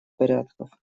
порядков